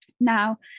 Now